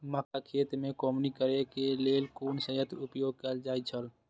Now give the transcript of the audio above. मक्का खेत में कमौनी करेय केय लेल कुन संयंत्र उपयोग कैल जाए छल?